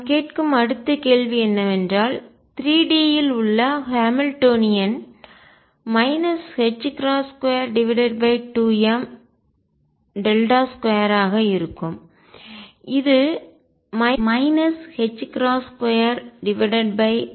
எனவே நாம் கேட்கும் அடுத்த கேள்வி என்னவென்றால் 3 D இல் உள்ள ஹாமில்டோனியன் 22m 2 ஆக இருக்கும் இது 22md2dx2 ஆகும்